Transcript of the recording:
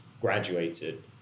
graduated